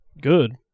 good